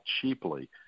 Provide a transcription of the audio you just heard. cheaply